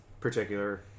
particular